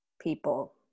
people